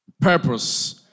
purpose